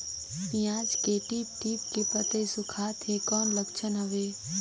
पियाज के tip tip के पतई सुखात हे कौन लक्षण हवे?